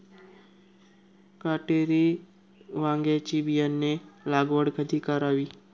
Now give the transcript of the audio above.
काटेरी वांग्याची बियाणे लागवड कधी करावी?